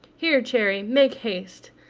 here, cherry, make haste.